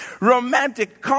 romantic